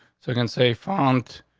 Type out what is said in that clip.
so i can say fund.